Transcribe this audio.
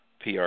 PR